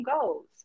goals